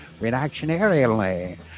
Reactionarily